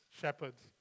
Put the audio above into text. shepherds